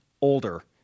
older